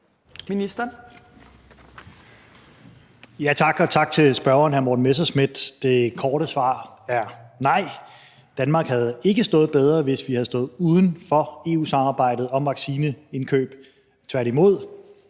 Tak, og tak til spørgeren, hr. Morten Messerschmidt. Det korte svar er nej. Danmark havde ikke stået bedre, hvis vi havde stået uden for EU-samarbejdet om vaccineindkøb, tværtimod.